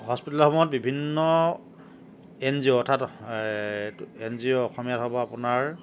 হস্পিটেলসমূহত বিভিন্ন N G O অৰ্থাৎ N G O অসমীয়াত হ'ব আপোনাৰ